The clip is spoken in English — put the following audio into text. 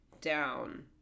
down